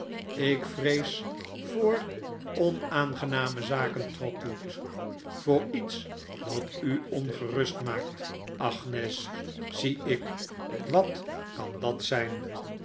ik vrees voor onaangename zaken trotwood voor iets dat u ongerust maakt agnes zie ik wat kan dat zijn